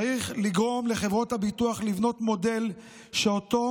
צריך לגרום לחברות הביטוח לבנות מודל שאותו